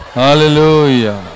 hallelujah